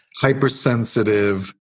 hypersensitive